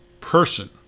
person